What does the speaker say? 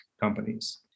companies